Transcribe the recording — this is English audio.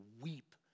weep